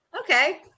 Okay